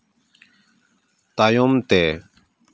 ᱛᱟᱭᱚᱢ ᱛᱮ